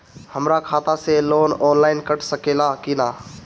हमरा खाता से लोन ऑनलाइन कट सकले कि न?